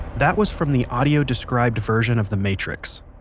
that was from the audio described version of the matrix.